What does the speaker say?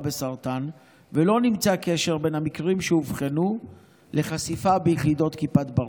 בסרטן ולא נמצא קשר בין המקרים שאובחנו לחשיפה ביחידות כיפת ברזל.